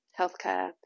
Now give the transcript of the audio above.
healthcare